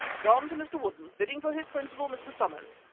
gone to mr. woodden, bidding for his principal, mr. somers.